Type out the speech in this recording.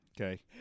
Okay